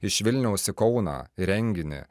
iš vilniaus į kauną į renginį